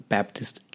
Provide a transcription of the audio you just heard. Baptist